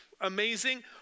amazing